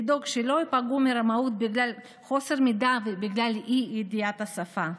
לדאוג שלא ייפגעו מרמאות בגלל חוסר מידע ובגלל א-ידיעת השפה.